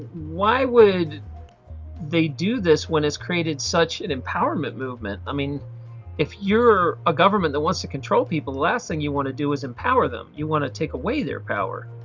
why would they do this when it's created such an empowerment. i mean if you're a government that wants to control people last thing you want to do with empower them. you want to take away their power.